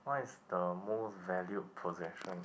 what is the most valued possession